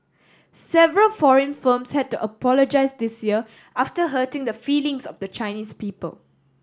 several foreign firms had to apologise this year after hurting the feelings of the Chinese people